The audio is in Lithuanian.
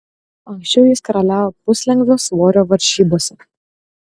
anksčiau jis karaliavo puslengvio svorio varžybose